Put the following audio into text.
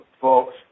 folks